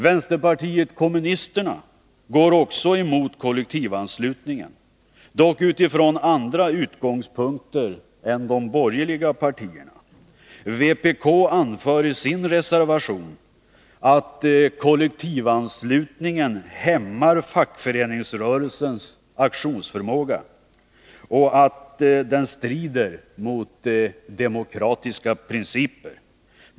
Vänsterpartiet kommunisterna går också emot kollektivanslutningen, dock utifrån andra utgångspunkter än de borgerliga partierna. Vpk anför i sin reservation att kollektivanslutningen hämmar fackföreningsrörelsens aktionsförmåga och strider mot demokratiska principer.